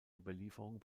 überlieferung